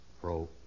Pro